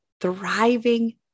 thriving